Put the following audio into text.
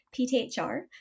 PTHR